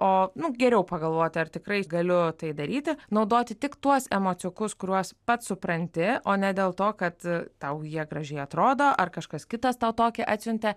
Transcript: o nu geriau pagalvoti ar tikrai galiu tai daryti naudoti tik tuos emociukus kuriuos pats supranti o ne dėl to kad tau jie gražiai atrodo ar kažkas kitas tau tokį atsiuntė